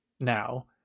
now